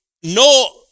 no